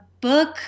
book